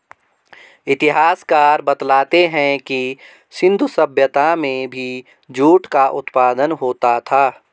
इतिहासकार बतलाते हैं कि सिन्धु सभ्यता में भी जूट का उत्पादन होता था